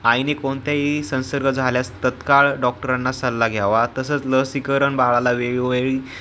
आईने कोणत्याही संसर्ग झाल्यास तात्काळ डॉक्टरांना सल्ला घ्यावा तसंच लसीकरण बाळाला वेगवेगळी